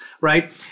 right